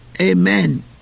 Amen